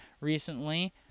recently